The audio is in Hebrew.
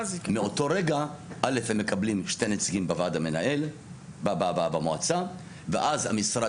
מאותו רגע הם מקבלים שני נציגים במועצה ואז המשרד